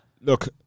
Look